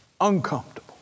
uncomfortable